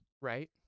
Right